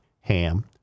ham